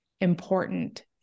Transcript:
important